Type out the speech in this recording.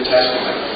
Testament